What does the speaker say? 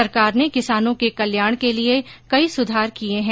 सरकार ने किसानों के कल्याण के लिए कई सुधार किये है